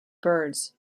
birds